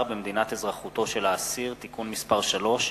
במדינת אזרחותו של האסיר (תיקון מס' 3)